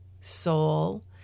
soul